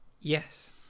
Yes